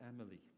Emily